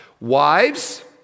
Wives